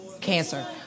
Cancer